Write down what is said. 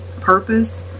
purpose